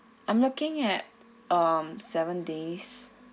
I'm looking at um seven days